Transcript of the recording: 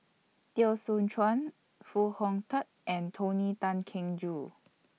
Teo Soon Chuan Foo Hong Tatt and Tony Tan Keng Joo